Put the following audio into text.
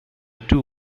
two